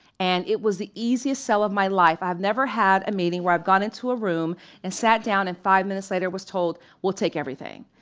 and it was the easiest sell of my life. i have never had a meeting where i've gone into a room and sat down and five minutes later was told we'll take everything.